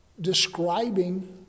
describing